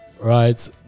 Right